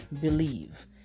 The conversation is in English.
believe